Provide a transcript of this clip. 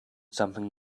something